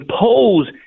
impose